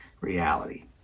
reality